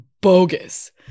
bogus